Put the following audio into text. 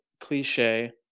cliche